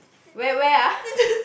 where where ah